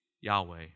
Yahweh